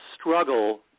struggle